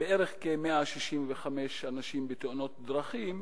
בערך 165 אנשים בתאונות דרכים,